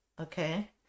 Okay